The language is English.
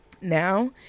Now